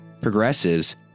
progressives